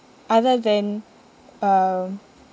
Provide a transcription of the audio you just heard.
other than um